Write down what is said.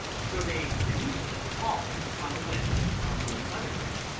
so they immediately hauled upon a wind on the other tack,